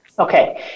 Okay